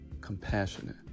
compassionate